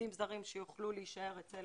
עובדים זרים שיוכלו להישאר אצל